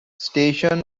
station